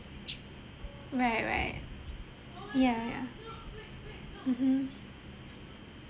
right right ya ya mmhmm